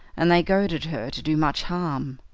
and they goaded her to do much harm.